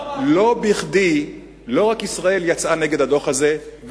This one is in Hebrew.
לא רק ישראל יצאה נגד הדוח הזה,